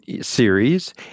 series